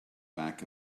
back